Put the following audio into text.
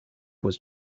was